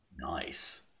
Nice